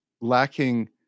lacking